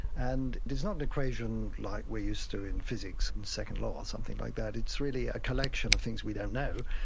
and it is not an equation like we are used to in physics and the second law or something like that, it's really a collection of things we don't know.